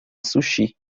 sushi